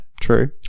True